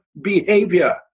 behavior